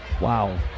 wow